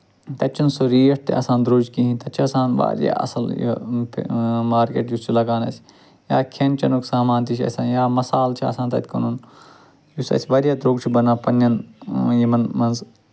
تَتہِ چھُنہٕ سُہ ریٹ تہِ آسان درٛۅج کِہیٖنٛۍ تَتہِ چھُ آسان واریاہ اَصٕل یہِ مارکٮ۪ٹ یُس چھُ لگان اَسہِ یا کھٮ۪ن چٮ۪نُک سامان تہِ چھُ آسان یا مصالہٕ چھُ آسان تَتہِ کٕنُن یُس اَسہِ واریاہ درٛۅگ چھُ بنان پَنٕنٮ۪ن یِمَن منٛز